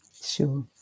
Sure